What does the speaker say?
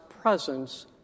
presence